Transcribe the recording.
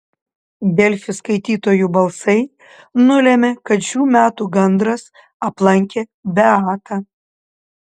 delfi skaitytojų balsai nulėmė kad šių metų gandras aplankė beatą